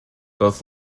both